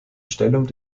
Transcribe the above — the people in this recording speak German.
stellung